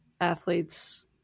athletes